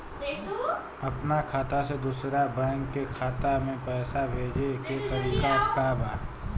अपना खाता से दूसरा बैंक के खाता में पैसा भेजे के तरीका का बा?